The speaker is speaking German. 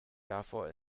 davor